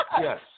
Yes